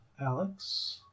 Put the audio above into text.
Alex